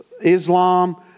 Islam